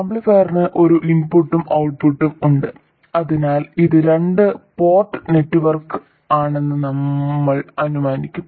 ആംപ്ലിഫയറിന് ഒരു ഇൻപുട്ടും ഔട്ട്പുട്ടും ഉണ്ട് അതിനാൽ ഇത് രണ്ട് പോർട്ട് നെറ്റ്വർക്ക് ആണെന്ന് ഞങ്ങൾ അനുമാനിക്കും